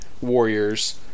Warriors